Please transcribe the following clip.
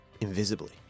invisibly